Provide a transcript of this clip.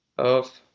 of